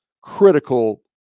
critical